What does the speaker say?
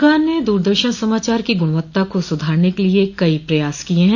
सरकार ने दूरदर्शन समाचार की गुणवत्ता को सुधारने के लिए कई प्रयास किये हैं